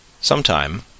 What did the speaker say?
Sometime